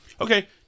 Okay